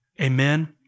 Amen